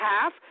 half